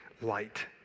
light